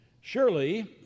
Surely